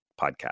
podcast